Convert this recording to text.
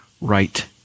right